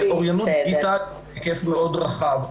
אוריינות דיגיטלית בהיקף רחב מאוד.